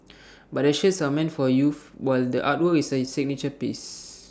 but the shirts are meant for youth while the artwork is A signature piece